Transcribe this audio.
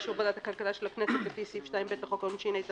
באישור ועדת הכלכלה של הכנסת לפי סעיף 2 (ב) לחוק העונשין,